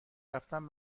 رفتن